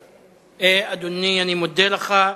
אדוני, אני מודה לך,